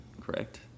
correct